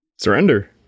Surrender